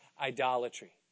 idolatry